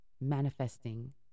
manifesting